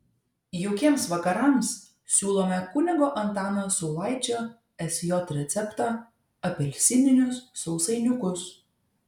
jaukiems vakarams siūlome kunigo antano saulaičio sj receptą apelsininius sausainiukus